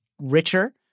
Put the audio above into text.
richer